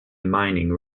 mining